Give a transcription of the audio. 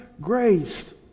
grace